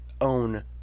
own